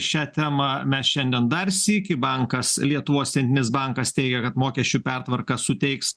šią temą mes šiandien dar sykį bankas lietuvos centrinis bankas teigia kad mokesčių pertvarka suteiks